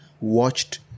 watched